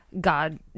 God